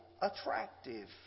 attractive